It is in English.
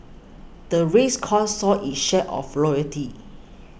the race course saw its share of royalty